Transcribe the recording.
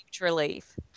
relief